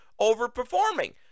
overperforming